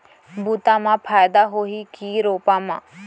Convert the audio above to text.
बुता म फायदा होही की रोपा म?